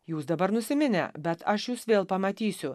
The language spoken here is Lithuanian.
jūs dabar nusiminę bet aš jus vėl pamatysiu